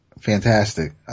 fantastic